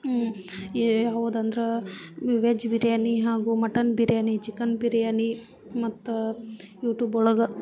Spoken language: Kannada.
ಯಾವುದೆಂದ್ರೆ ವೆಜ್ ಬಿರಿಯಾನಿ ಹಾಗೂ ಮಟನ್ ಬಿರಿಯಾನಿ ಚಿಕನ್ ಬಿರಿಯಾನಿ ಮತ್ತು ಯೂಟೂಬ್ ಒಳಗೆ